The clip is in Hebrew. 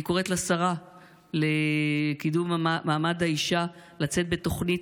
אני קוראת לשרה לקידום מעמד האישה לצאת בתוכנית